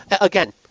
again